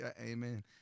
Amen